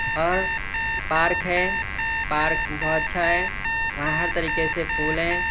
اور پارک ہے پارک بہت اچھا ہے وہاں ہر طریقے سے پھول ہیں